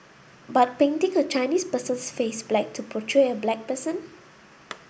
but painting a Chinese person's face black to portray a black person